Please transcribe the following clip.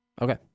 Okay